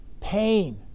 Pain